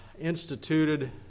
instituted